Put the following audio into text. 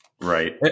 Right